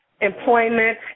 employment